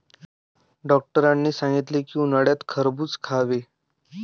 डॉक्टरांनी सांगितले की, उन्हाळ्यात खरबूज खावे